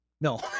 No